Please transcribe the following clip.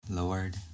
Lord